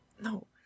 no